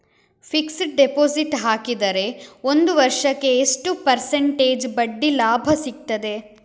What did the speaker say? Fixed deposit ಹಾಕಿದರೆ ಒಂದು ವರ್ಷಕ್ಕೆ ಎಷ್ಟು ಪರ್ಸೆಂಟೇಜ್ ಬಡ್ಡಿ ಲಾಭ ಸಿಕ್ತದೆ?